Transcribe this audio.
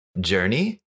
journey